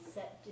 Set